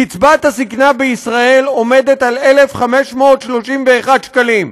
קצבת הזִקנה בישראל היא 1,531 שקלים.